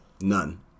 None